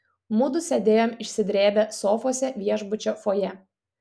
mudu sėdėjom išsidrėbę sofose viešbučio fojė